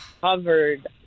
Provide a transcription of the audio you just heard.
covered